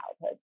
childhood